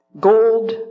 gold